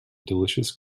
delicious